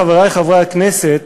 חברי חברי הכנסת,